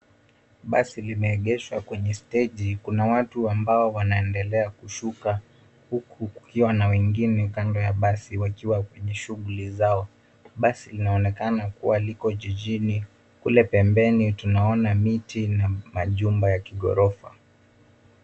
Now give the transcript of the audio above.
Basi limegeshwa kwenye staji, kuna watu ambao wanaendelea kushukua uku kukiwa na wengine kando ya basi wakiwa kwenye shughuli zao. Basi linaonekana kuwa liko jijini. Kule pembeni tunaona miti na majumba ya kighorofa.